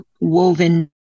woven